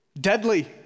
deadly